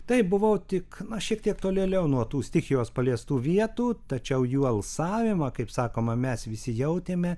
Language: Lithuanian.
tai buvau tik šiek tiek tolėliau nuo tų stichijos paliestų vietų tačiau jų alsavimą kaip sakoma mes visi jautėme